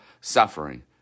suffering